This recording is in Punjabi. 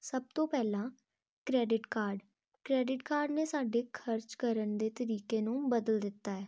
ਸਭ ਤੋਂ ਪਹਿਲਾਂ ਕ੍ਰੈਡਿਟ ਕਾਰਡ ਕਰੈਡਿਟ ਕਾਰਡ ਨੇ ਸਾਡੇ ਖਰਚ ਕਰਨ ਦੇ ਤਰੀਕੇ ਨੂੰ ਬਦਲ ਦਿੱਤਾ